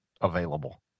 available